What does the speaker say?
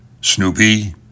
Snoopy